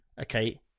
Okay